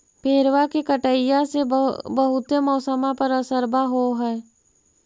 पेड़बा के कटईया से से बहुते मौसमा पर असरबा हो है?